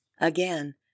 Again